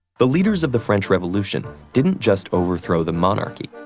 the leaders of the french revolution didn't just overthrow the monarchy.